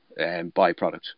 byproduct